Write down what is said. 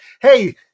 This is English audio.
Hey